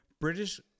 British